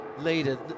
leader